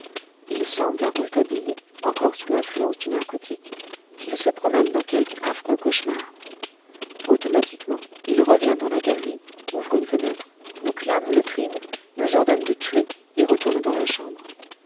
il semble à rouletabille encore sous l'influence du narcotique qu'il se promène dans quelque affreux cauchemar automatiquement il revient dans la galerie ouvre une fenêtre nous clame le crime nous ordonne de tuer et retourne dans la chambre